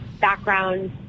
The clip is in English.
background